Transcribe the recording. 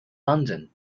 london